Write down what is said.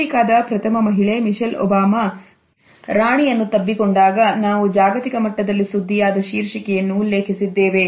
ಅಮೆರಿಕದ ಪ್ರಥಮ ಮಹಿಳೆ ಮಿಚೆಲ್ ಒಬಾಮಾ ಪ್ರಾಣಿಯನ್ನು ತಬ್ಬಿಕೊಂಡಾಗ ನಾವು ಜಾಗತಿಕ ಮಟ್ಟದಲ್ಲಿ ಸುದ್ದಿಯಾದ ಶೀರ್ಷಿಕೆಯನ್ನು ಉಲ್ಲೇಖಿಸಿದ್ದೇವೆ